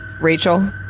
Rachel